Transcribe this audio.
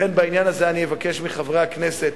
לכן, אני מבקש מחברי הכנסת